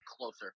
closer